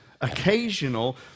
occasional